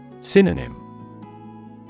Synonym